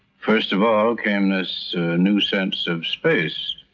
first of all came this new sense of space